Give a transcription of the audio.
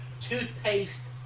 toothpaste